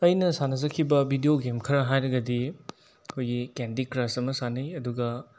ꯑꯩꯅ ꯁꯥꯟꯅꯖꯈꯤꯕ video game ꯈꯔ ꯍꯥꯏꯔꯒꯗꯤ ꯑꯩꯈꯣꯏꯒꯤ ꯀꯦꯟꯗꯤ ꯀ꯭ꯔꯁ ꯑꯃ ꯁꯥꯟꯅꯩ ꯑꯗꯨꯒ